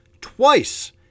twice